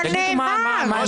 אבל נאמר.